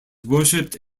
worshipped